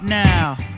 now